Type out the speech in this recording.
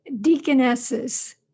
deaconesses